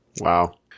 Wow